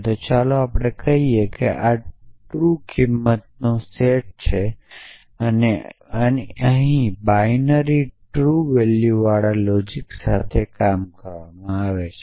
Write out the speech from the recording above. તો ચાલો આપણે કહીએ કે આ ટ્રૂ કિંમતોનો સેટ છે અને અહીં બાઈનરી ટ્રુ વેલ્યુવાળા લોજિક સાથે કામ કરવામાં આવે છે